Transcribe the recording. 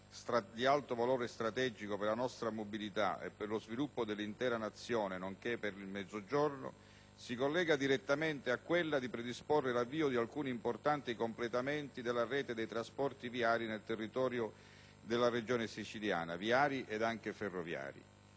di alto valore strategico per la nostra mobilità e per lo sviluppo dell'intera Nazione nonché per l'intero Mezzogiorno, si collega direttamente a quella di predisporre l'avvio di alcuni importanti completamenti della rete dei trasporti viari e ferroviari nel territorio della Regione siciliana. Considerato anche che in